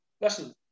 listen